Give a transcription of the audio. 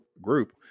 group